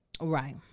right